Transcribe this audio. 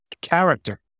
character